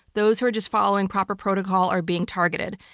those who are just following proper protocol are being targeted.